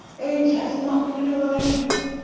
age has nothing to do with anything.